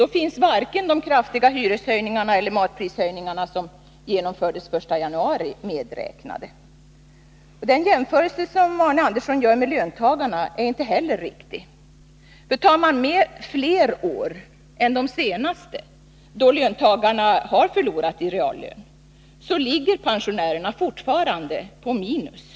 Då finns varken de kraftiga hyreshöjningarna eller matprishöjningarna som genomfördes den 1 januari medräknade. Den jämförelse som Arne Andersson gör med löntagarna är inte heller riktig. Tar man med fler år än de senaste, då löntagarna förlorat i reallön, så ligger pensionärerna fortfarande på minus.